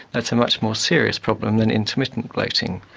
that's a much more serious problem than intermittent bloating.